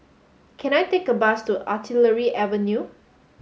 can I take a bus to Artillery Avenue